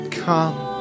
come